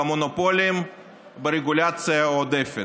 במונופולים וברגולציה עודפת.